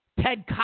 Ted